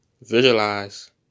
Visualize